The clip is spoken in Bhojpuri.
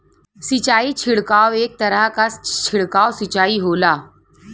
सिंचाई छिड़काव एक तरह क छिड़काव सिंचाई होला